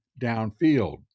downfield